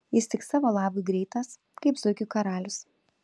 jis tik savo labui greitas kaip zuikių karalius